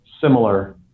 similar